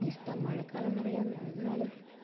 ഇഷ്ടം മഴക്കാലമെന്ന് പറഞ്ഞാല്